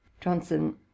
johnson